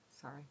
sorry